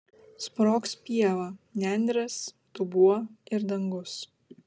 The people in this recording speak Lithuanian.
sprogs pieva nendrės dubuo ir dangus